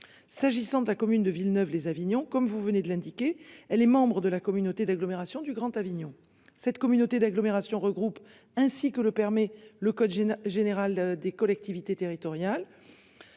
S'agissant de la commune de Villeneuve les Avignon comme vous venez de l'indiquer, elle est membre de la communauté d'agglomération du Grand Avignon cette communauté d'agglomération regroupe ainsi que le permet le code général des collectivités territoriales.